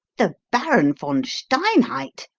the baron von steinheid?